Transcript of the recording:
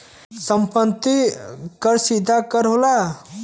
सम्पति कर सीधा कर होला